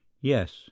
Yes